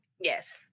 Yes